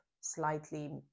slightly